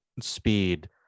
speed